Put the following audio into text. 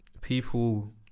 People